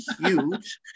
huge